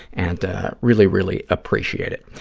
and really, really appreciate it.